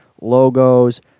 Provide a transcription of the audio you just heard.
logos